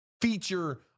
feature